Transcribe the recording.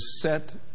set